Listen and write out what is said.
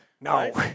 No